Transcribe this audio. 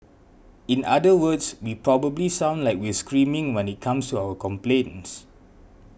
in other words we probably sound like we're screaming when it comes to our complaints